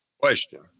question